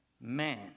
man